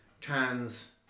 trans